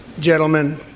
Gentlemen